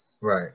Right